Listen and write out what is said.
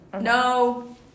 No